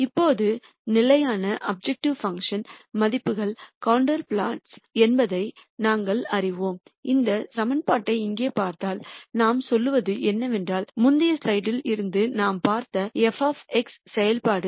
இப்போது நிலையான objective function மதிப்புகள் கண்டூர் பிளாட்ஸ் என்பதை நாங்கள் அறிவோம் இந்த சமன்பாட்டை இங்கே பார்த்தால் நாம் சொல்வது என்னவென்றால் முந்தைய ஸ்லைடில் இருந்து நாம் பார்த்த f செயல்பாடு